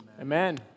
Amen